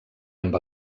amb